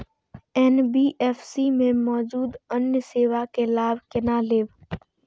NBFC में मौजूद अन्य सेवा के लाभ केना लैब?